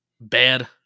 bad